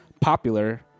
popular